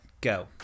go